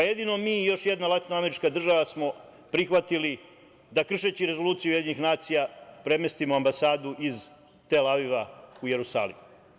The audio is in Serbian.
Jedino mi i jedna latinoamerička država smo prihvatili da kršeći Rezoluciju UN premestimo ambasadu iz Tel Aviva u Jerusalim.